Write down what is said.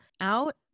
Out